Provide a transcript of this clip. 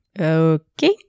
okay